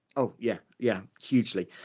oh yeah, yeah, hugely.